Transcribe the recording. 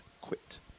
quit